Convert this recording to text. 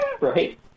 right